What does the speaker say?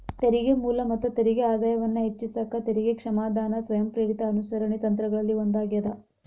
ತೆರಿಗೆ ಮೂಲ ಮತ್ತ ತೆರಿಗೆ ಆದಾಯವನ್ನ ಹೆಚ್ಚಿಸಕ ತೆರಿಗೆ ಕ್ಷಮಾದಾನ ಸ್ವಯಂಪ್ರೇರಿತ ಅನುಸರಣೆ ತಂತ್ರಗಳಲ್ಲಿ ಒಂದಾಗ್ಯದ